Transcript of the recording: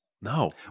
no